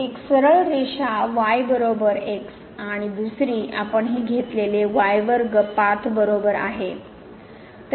एक सरळ रेषा y बरोबर x आणि दुसरे आपण हे घेतलेले y वर्ग path बरोबर आहे